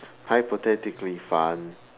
hypothetically fun